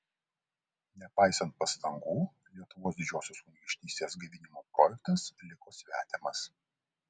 nepaisant pastangų lietuvos didžiosios kunigaikštystės gaivinimo projektas liko svetimas